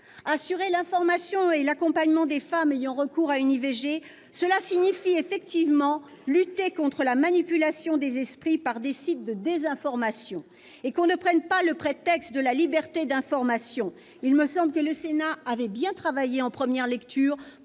Assurer l'information et l'accompagnement des femmes ayant recours à une IVG, cela signifie effectivement lutter contre la manipulation des esprits par des sites de désinformation. Et que l'on ne prenne pas le prétexte de la liberté d'information ! Il me semble que le Sénat avait bien travaillé en première lecture